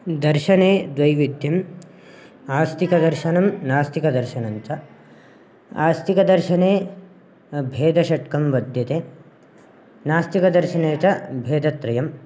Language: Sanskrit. दर्शने द्वैविध्यम् आस्तिकदर्शनं नास्तिकदर्शनं च आस्तिकदर्शने भेदशतकं विद्यते नास्तिकदर्शने च भेदत्रयं